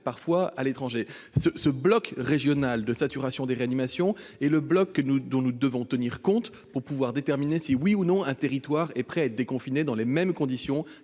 parfois à l'étranger. Ce bloc régional de saturation des services de réanimation est celui dont nous devons tenir compte pour déterminer si, oui ou non, un territoire est prêt à être déconfiné dans les mêmes conditions